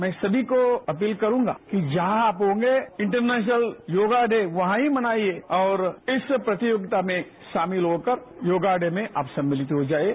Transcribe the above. मैं सनी को अपील करूंगा कि जहां आप होंगे इंटरनेशनल योगा ढे वहीं मनाइये और इस प्रतियोगिता में शामिल होकर योगा ढे में आप सम्मिलित हो जाइये